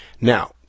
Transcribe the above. Now